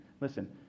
Listen